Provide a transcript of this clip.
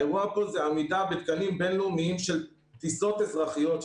האירוע פה זה עמידה בתקנים בין-לאומיים של טיסות אזרחיות,